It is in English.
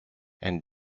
and